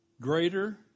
greater